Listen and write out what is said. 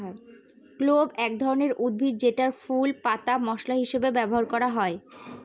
clove এক ধরনের উদ্ভিদ যেটার ফুল, পাতা মশলা হিসেবে ব্যবহার করে